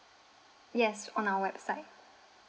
yes on our website